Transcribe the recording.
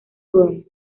run